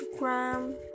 Instagram